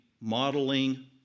modeling